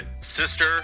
sister